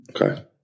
Okay